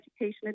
education